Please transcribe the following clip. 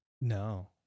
No